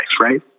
Right